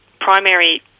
primary